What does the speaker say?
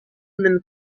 women